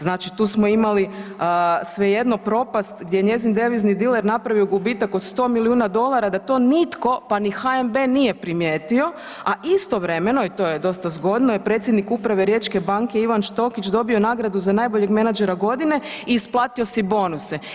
Znači tu smo imali svejedno propast gdje je njezin devizni diler napravio gubitak od 100 milijuna dolara da to nitko, pa ni HNB nije primijetio, a istovremeno i to je dosta zgodno i predsjednik uprave riječke banke Ivan Štokić dobio je nagradu za najboljeg menadžera godine i isplatio si je bonuse.